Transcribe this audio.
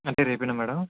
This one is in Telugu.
అంటే రేపేనా మ్యాడమ్